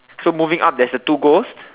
so moving up there's a two ghosts